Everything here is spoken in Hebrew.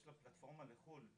יש גם פלטפורמה לחו"ל,